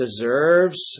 deserves